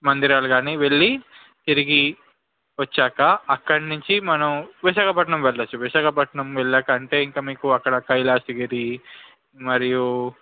మందిరాలు కానీ వెళ్ళి తిరిగి వచ్చాక అక్కడ నుంచి మనం విశాఖపట్నం వెళ్ళచ్చు విశాఖపట్నం వెళ్ళాక అంటే ఇంక మీకు అక్కడ కైలాసగిరి మరియు